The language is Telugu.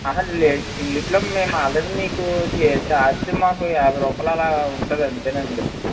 ఆహా లేదు ఇందులో మేము ఆల్రెడీ మీకు ఛార్జీ మాకు యాభై రూపాయలు అలా ఉంటుంది అంతేనండి